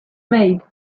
made